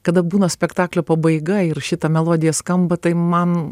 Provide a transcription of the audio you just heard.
kada būna spektaklio pabaiga ir šita melodija skamba tai man